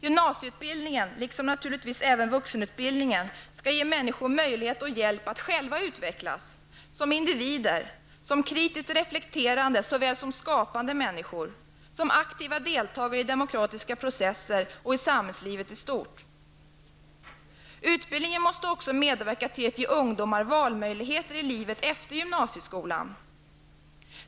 Gymnasieutbildningen, liksom naturligtvis även vuxenutbildningen, skall ge människor möjlighet och hjälp att själva utvecklas -- som individer, som kritiskt reflekterande och som skapande människor, som aktiva deltagare i demokratiska processer och i samhällslivet i stort. Utbildningen måste också medverka till att ge ungdomar valmöjligheter i livet efter gymnasieskolan.